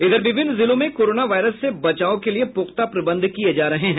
इधर विभिन्न जिलों में कोरोना वायरस से बचाव के लिये पुख्ता प्रबंध किये जा रहे हैं